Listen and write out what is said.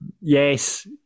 Yes